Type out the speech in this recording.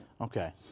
Okay